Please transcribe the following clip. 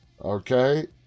Okay